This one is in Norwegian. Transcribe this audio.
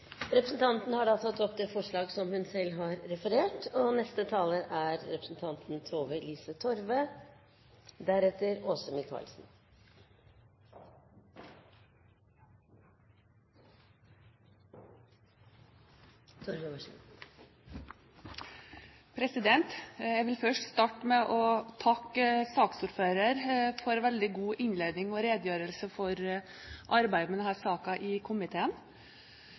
Representanten Bente Stein Mathisen har tatt opp det forslaget hun refererte. Jeg vil først starte med å takke for en veldig god innledning og redegjørelse for arbeidet med denne saken i komiteen.